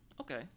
Okay